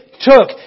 took